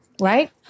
right